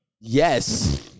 Yes